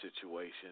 situation